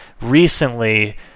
recently